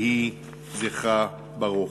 יהי זכרה ברוך.